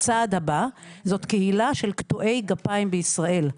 'הצעד הבא', זאת קהילה של קטועי גפיים בישראל.